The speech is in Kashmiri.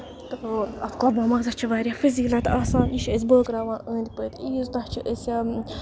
تہٕ اَتھ قۄربان مازَسس چھُ واریاہ فٔضیٖلت آسان یہِ چھِ أسۍ بٲغراوان أندۍ پٔکۍ عیٖز دۄہ چھِ أسۍ